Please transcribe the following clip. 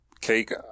cake